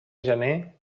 gener